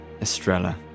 Estrella